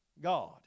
God